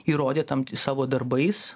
įrodė tam savo darbais